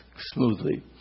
smoothly